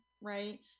right